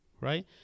right